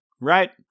right